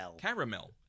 Caramel